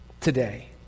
today